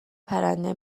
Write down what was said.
پرنده